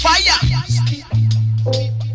Fire